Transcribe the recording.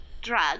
drug